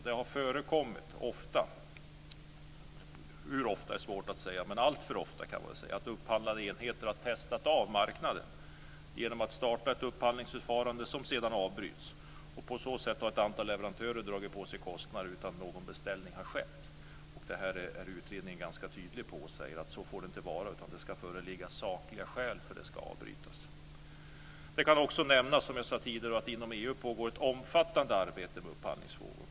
Det har ofta - hur ofta är svårt att säga men alltför ofta, kan man väl säga - förekommit att upphandlande enheter har "testat av" marknaden genom att starta ett upphandlingsförfarande som sedan avbryts. På så sätt har ett antal leverantörer dragit på sig kostnader utan att någon beställning har skett. Där är utredningen ganska tydlig och säger att så får det inte vara, utan det ska föreligga sakliga skäl för att förfarandet ska avbrytas. Det kan också nämnas, som jag tidigare sagt, att inom EU pågår ett omfattande arbete med upphandlingsfrågor.